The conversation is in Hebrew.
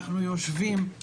על